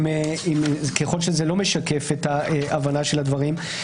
ככל שזה לא משקף את ההבנה של הדברים.